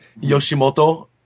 Yoshimoto